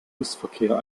busverkehr